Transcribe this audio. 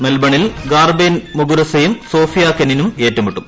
മെൽബണിൽ ഗാർബൈൻ മുഗുരുസയും സോഫിയ കെനിനും ഏറ്റുമുട്ടും